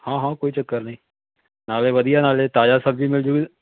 ਹਾਂ ਹਾਂ ਕੋਈ ਚੱਕਰ ਨਹੀਂ ਨਾਲੇ ਵਧੀਆ ਨਾਲੇ ਤਾਜ਼ਾ ਸਬਜ਼ੀ ਮਿਲ ਜੂਗੀ